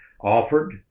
offered